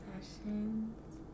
sessions